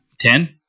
Ten